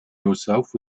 yourself